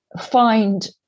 find